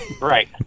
Right